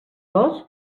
dos